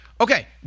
Okay